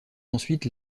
ensuite